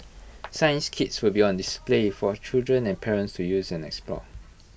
science kits will be on display for children and parents to use and explore